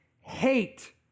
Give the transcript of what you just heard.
hate